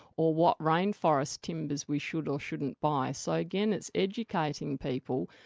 or what rainforest timbers we should or shouldn't buy. so again, it's educating people,